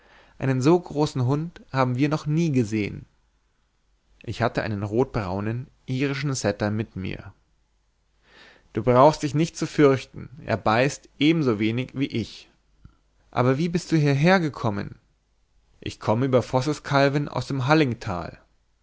einen so großen hund haben wir noch nie gesehen ich hatte einen rotbraunen irischen setter mit mir du brauchst dich nicht zu fürchten er beißt ebenso wenig wie ich aber wie bist du hierher gekommen ich komme über vosseskavlen aus dem